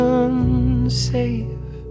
unsafe